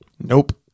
Nope